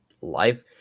life